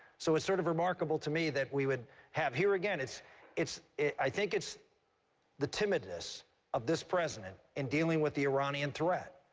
so it's sort of remarkable to me we would have here again, it's it's i think it's the timidness of this president in dealing with the iranian threat,